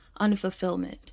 unfulfillment